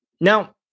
Now